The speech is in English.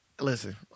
Listen